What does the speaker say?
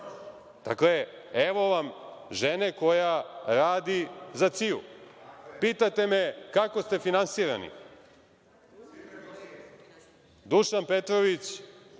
je. Evo vam žene koja radi za CIA.Pitate me – kako ste finansirani? Dušan Petrović,